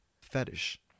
fetish